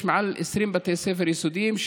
יש מעל 20 בתי ספר יסודיים,